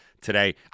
today